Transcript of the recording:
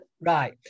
right